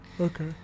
Okay